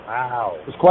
Wow